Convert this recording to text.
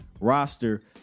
roster